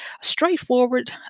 Straightforward